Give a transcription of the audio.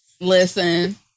Listen